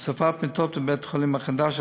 הוספת מיטות בבית-החולים החדש,